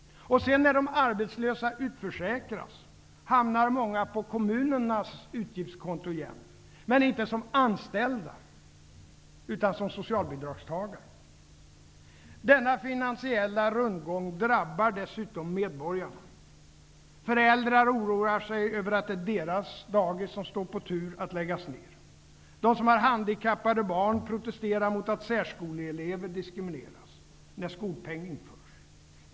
Och sedan, när de arbetslösa utförsäkras, hamnar många på kommunens utgiftskonto igen, men inte som anställda utan som socialbidragstagare. Denna finansiella rundgång drabbar dessutom medborgarna. Föräldrar oroar sig för att det är deras dagis som står på tur att läggas ner. De som har handikappade barn protesterar mot att särskoleelever diskrimineras, när skolpengen införs.